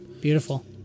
Beautiful